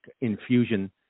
infusion